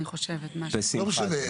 לא משנה,